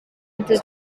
until